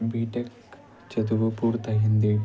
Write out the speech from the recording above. BTech చదువు పూర్తయ్యింది